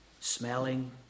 smelling